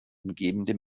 umgebende